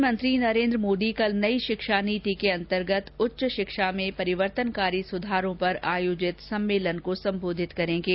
प्रधानमंत्री नरेन्द्र मोदी कल नई शिक्षा नीति के अंतर्गत उच्च शिक्षा में परिवर्तनकारी सुधारों पर आयोजित एक सम्मेलन को संबोधित करेंगे